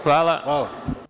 Hvala.